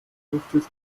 gruftis